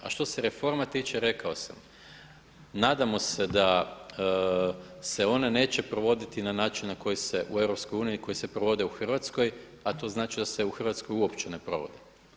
A što se reforma tiče, rekao sam, nadamo se da se one neće provoditi na način na koji se u EU koji se provode u Hrvatskoj, a to znači da se u Hrvatskoj uopće ne provode.